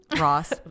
Ross